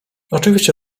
oczywiście